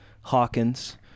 Hawkins